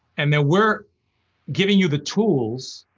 and then we're giving you the tools,